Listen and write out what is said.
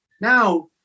now